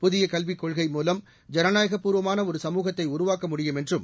புதிய கல்விக் கொள்கை மூலம் ஜனநாயகப்பூர்வமான ஒரு சமூகத்தை உருவாக்க முடியும் என்றும்